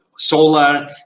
solar